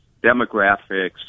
demographics